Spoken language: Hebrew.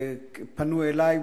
פנו אלי,